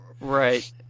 Right